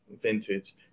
vintage